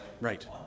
Right